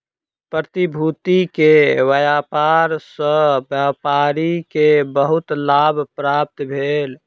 प्रतिभूति के व्यापार सॅ व्यापारी के बहुत लाभ प्राप्त भेल